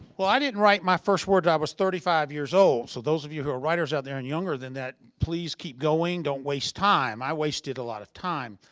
well, i didn't write my first word until i was thirty five years old. so those of you who are writers out there and younger than that, please keep going, don't waste time. i wasted a lot of time.